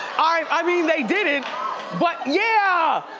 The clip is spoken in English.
i mean, they didn't, but yeah!